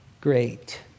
great